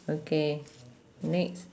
okay next